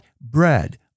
bread